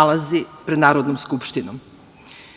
nalazi pred Narodnom skupštinom. Iako